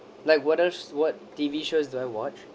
like what else what T_V shows do I watch